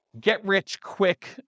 get-rich-quick